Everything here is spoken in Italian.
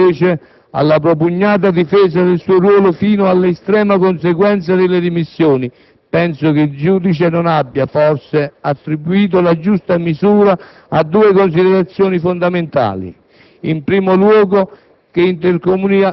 il merito giuridico. Quanto, invece, alla propugnata difesa del suo ruolo fino all'estrema conseguenza delle dimissioni, penso che il giudice non abbia forse attribuito la giusta misura a due considerazioni fondamentali: